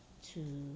to